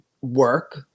work